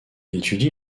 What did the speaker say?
étudie